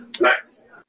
Nice